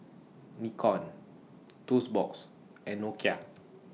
Nikon Toast Box and Nokia